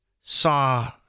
saw